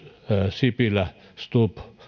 sipilä stubb